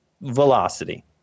velocity